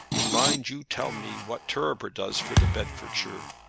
and mind you tell me what turriper does for the bedfordshire.